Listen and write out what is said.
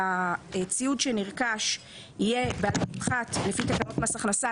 שהציוד שנרכש יהיה בעלות הפחת לפי תקנות מס הכנסה,